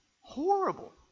horrible